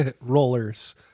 Rollers